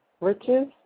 Riches